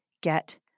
get